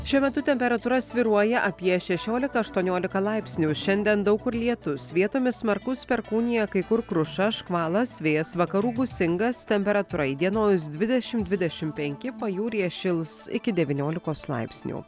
šiuo metu temperatūra svyruoja apie šešiolika aštuoniolika laipsnių šiandien daug kur lietus vietomis smarkus perkūnija kai kur kruša škvalas vėjas vakarų gūsingas temperatūra įdienojus dvidešim dvidešim penki pajūryje šils iki devyniolikos laipsnių